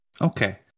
okay